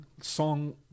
song